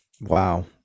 wow